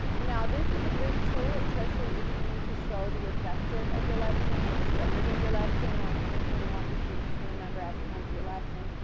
now, this is a great tool, especially if you need to show the objective of your lesson, or the standard of your lesson, or anything you want your students to remember at the end of your lesson,